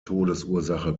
todesursache